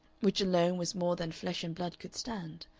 which alone was more than flesh and blood could stand,